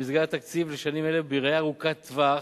במסגרת התקציב לשנים אלה, ובראייה ארוכת טווח,